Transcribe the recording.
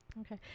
Okay